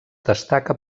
destaca